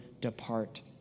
depart